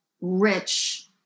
rich